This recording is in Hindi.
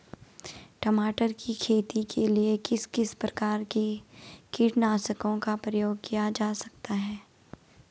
टमाटर की खेती के लिए किस किस प्रकार के कीटनाशकों का प्रयोग किया जाता है?